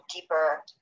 deeper